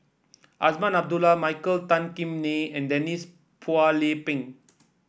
Azman Abdullah Michael Tan Kim Nei and Denise Phua Lay Peng